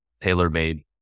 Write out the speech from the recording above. tailor-made